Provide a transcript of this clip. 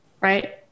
right